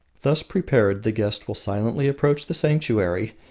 thus prepared the guest will silently approach the sanctuary,